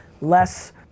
less